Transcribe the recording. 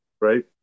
right